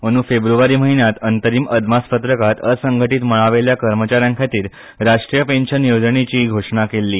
अंदं फेब्रवारी म्हयन्यांत अंतरीम अदमासपत्रकांत असंघटीत मळा वयल्या कर्मचाऱ्यां खातीर राष्ट्रीय पॅन्शन येवजणेची घोशणा केल्ली